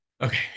Okay